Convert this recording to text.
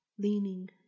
leaning